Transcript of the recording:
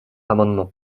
amendement